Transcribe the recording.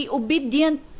obedient